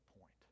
point